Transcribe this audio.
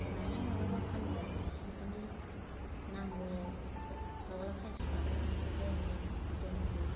मालाबा मालाबा फानबाय बिदिनो नांगौआव दावला खासि खालायनानै दोनो गिदिर गिदिर